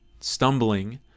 stumbling